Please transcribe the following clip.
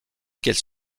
qu’elle